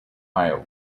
iowa